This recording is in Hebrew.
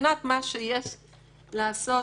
מבחינת מה שיש לעשות